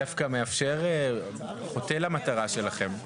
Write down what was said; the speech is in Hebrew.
דווקא מאפשר חוטא למטרה שלכם.